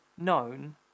known